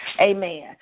amen